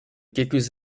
quelques